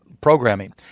programming